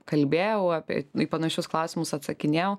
kalbėjau apie panašius klausimus atsakinėjau